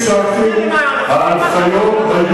תסביר לי מה היו ההנחיות.